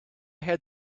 had